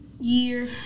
year